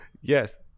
Yes